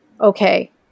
okay